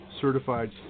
certified